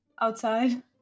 outside